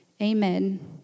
Amen